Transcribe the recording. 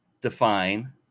define